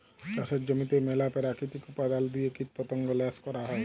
চাষের জমিতে ম্যালা পেরাকিতিক উপাদাল দিঁয়ে কীটপতঙ্গ ল্যাশ ক্যরা হ্যয়